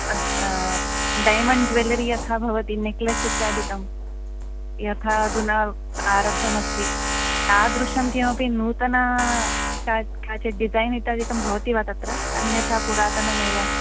अद् diamond jewellery यथा भवति नेक्लेस् इत्यादिकं यथा अधुना आरब्धमस्ति तादृशं किमपि नूतना काच् काचित् डिज़ैन् इत्यादिकं भवति वा तत्र अन्यथा पुरातनमेव